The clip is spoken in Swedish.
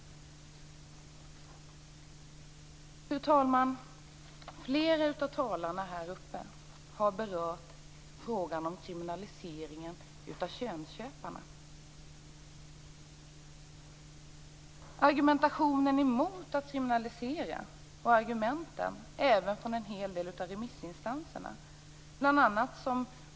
Fru talman! Flera av talarna här uppe i talarstolen har berört frågan om kriminaliseringen av könsköparna. Argumentationen mot att kriminalisera, och även argumenten från en hel del av remissinstanserna, som bl.a.